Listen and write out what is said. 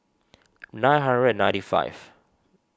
nine hundred and ninety five